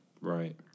right